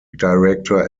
director